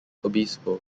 obispo